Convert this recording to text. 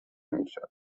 میشد